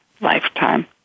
lifetime